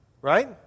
right